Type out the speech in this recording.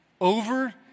over